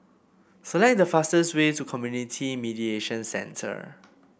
select the fastest way to Community Mediation Centre